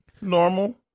normal